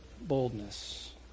boldness